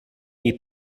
eat